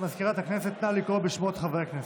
סגנית מזכיר הכנסת, נא לקרוא בשמות חברי הכנסת.